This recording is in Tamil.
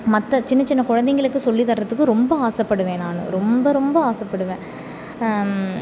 மற்ற சின்ன சின்ன குழந்தைங்களுக்கு சொல்லி தரத்துக்கு ரொம்ப ஆசைப்படுவேன் நான் ரொம்ப ரொம்ப ஆசைப்படுவேன்